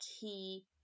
key